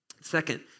Second